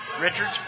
Richards